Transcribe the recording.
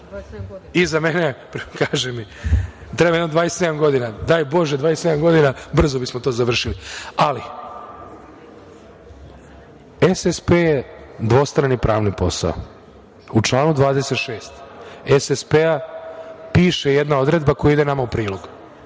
iza mene, kaže mi, treba jedno 27 godina. Daj Bože 27 godina, brzo bismo to završili. Ali, SSP je dvostrani pravni posao. U članu 26. SSP-a piše jedna odredba koja ide nama u prilog